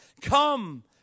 Come